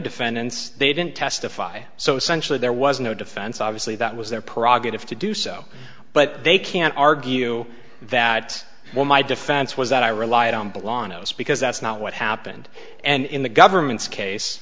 defendants they didn't testify so essentially there was no defense obviously that was their prerogative to do so but they can't argue that well my defense was that i relied on belong to us because that's not what happened and in the government's case